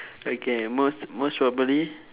okay most most probably